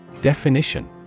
Definition